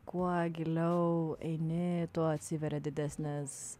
kuo giliau eini tuo atsiveria didesnės